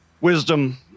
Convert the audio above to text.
wisdom